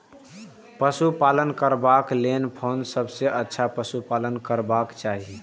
पशु पालन करबाक लेल कोन सबसँ अच्छा पशु पालन करबाक चाही?